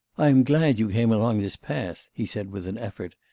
i am glad you came along this path he said with an effort.